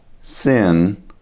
sin